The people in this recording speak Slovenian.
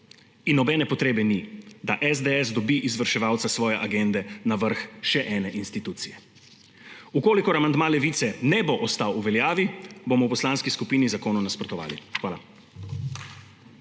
in nobene potrebe ni, da SDS dobi izvrševalca svoje agende na vrh še ene institucije. V kolikor amandma Levice ne bo ostal v veljavi, bomo v poslanski skupini zakonu nasprotovali. Hvala.